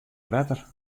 wetter